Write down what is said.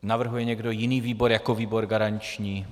Navrhuje někdo jiný výbor jako výbor garanční?